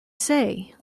say